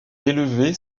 élevé